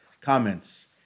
comments